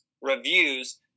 reviews